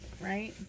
right